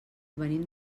venim